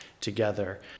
together